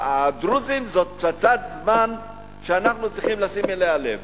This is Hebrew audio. הדרוזים זאת פצצת זמן שאנחנו צריכים לשים אליה לב.